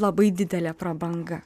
labai didelė prabanga